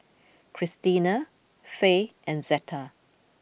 Krystina Fae and Zetta